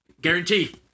Guarantee